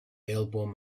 elbowed